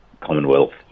Commonwealth